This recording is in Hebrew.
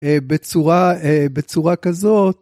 בצורה, בצורה כזאת.